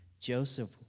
Joseph